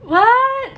what